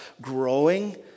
growing